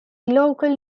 local